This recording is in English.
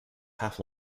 half